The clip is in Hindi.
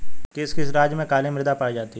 किस किस राज्य में काली मृदा पाई जाती है?